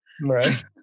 Right